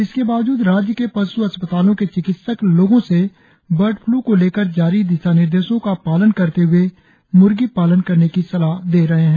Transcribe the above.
इसके बावजूद राज्य के पश् अस्पतालों के चिकित्सक लोगों से बर्ड फ्लू को लेकर जारी दिशानिर्देशों का पालन करते हए म्र्गी पालन करने की सलाह दी है